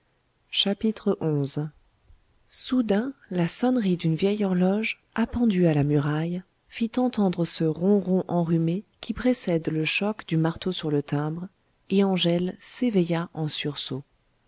xi soudain la sonnerie d'une vieille horloge appendue à la muraille fit entendre ce ron ron enrhumé qui précède le choc du marteau sur le timbre et angèle s'éveilla en sursaut